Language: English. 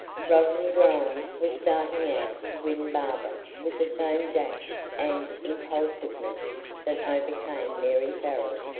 rodney grimes was starting out to win barbara with the same dash and impulsiveness that overcame mary farrell,